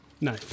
No